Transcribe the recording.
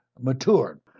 matured